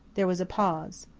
there was a pause.